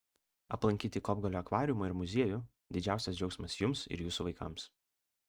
aplankyti kopgalio akvariumą ir muziejų didžiausias džiaugsmas jums ir jūsų vaikams